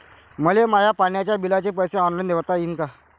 मले माया पाण्याच्या बिलाचे पैसे ऑनलाईन भरता येईन का?